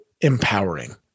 empowering